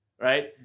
right